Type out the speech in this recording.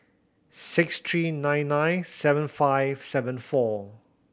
six three nine nine seven five seven four